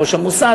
ראש המוסד,